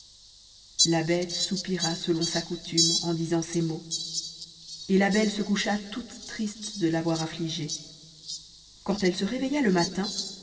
la bête soupira selon sa coutume en disant ces mots et la belle se coucha toute triste de la voir affligée quand elle se réveilla le matin